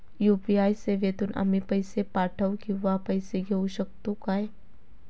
UPI सेवेतून आम्ही पैसे पाठव किंवा पैसे घेऊ शकतू काय?